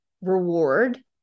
reward